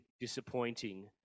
disappointing